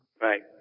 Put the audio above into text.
Right